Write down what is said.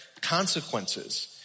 consequences